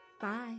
Bye